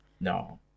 No